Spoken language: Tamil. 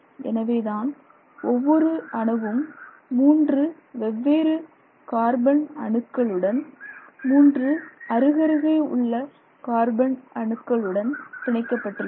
எனவேதான் ஒவ்வொரு அணுவும் 3 வேறுவேறு கார்பன் அணுக்களுடன் 3 அருகருகே உள்ள கார்பன் அணுக்களுடன் பிணைக்கப்பட்டுள்ளன